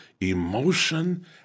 emotion